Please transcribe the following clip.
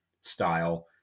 style